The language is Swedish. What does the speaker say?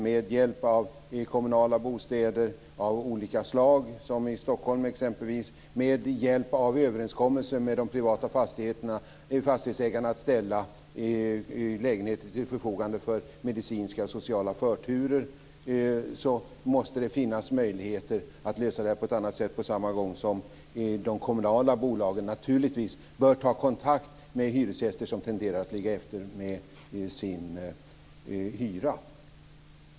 Med hjälp av kommunala bostäder av olika slag, som i Stockholm exempelvis, med hjälp av överenskommelser med de privata fastighetsägarna om att ställa lägenheter till förfogande för medicinska och sociala förturer måste det finnas möjligheter att lösa detta på ett annat sätt, på samma gång som de kommunala bolagen naturligtvis bör ta kontakt med hyresgäster som tenderar att ligga efter med sin hyra.